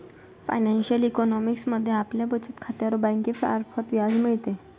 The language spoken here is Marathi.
फायनान्शिअल इकॉनॉमिक्स मध्ये आपल्याला बचत खात्यावर बँकेमार्फत व्याज मिळते